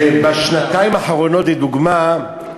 בשנתיים האחרונות, לדוגמה,